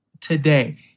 today